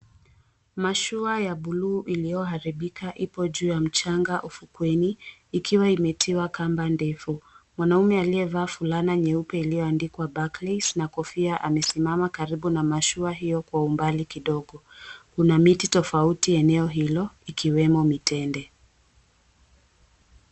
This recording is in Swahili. Mashua ya buluu iliyoharibika ipo juu ya mchanga ufukweni, ikiwa imetiwa kamba ndefu. Mwanaume aliyevaa fulana nyeupe iliyoandikwa, Barclays, na kofia, amesima karibu na mashua hio kwa umbali kidogo. Kuna miti tofauti eneo hilo, ikiwemo mitende.